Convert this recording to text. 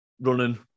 running